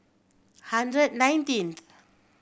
hundred nineteen